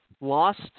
lost